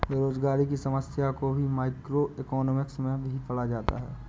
बेरोजगारी की समस्या को भी मैक्रोइकॉनॉमिक्स में ही पढ़ा जाता है